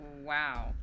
wow